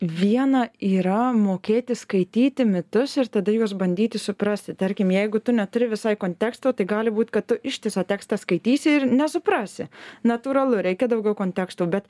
viena yra mokėti skaityti mitus ir tada juos bandyti suprasti tarkim jeigu tu neturi visai konteksto tai gali būt kad ištisą tekstą skaitysi ir nesuprasi natūralu reikia daugiau konteksto bet